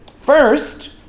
First